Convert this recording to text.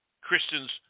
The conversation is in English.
Christians